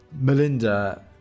Melinda